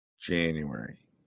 January